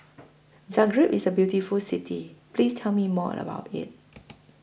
Zagreb IS The beautiful City Please Tell Me More about IT